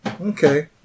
Okay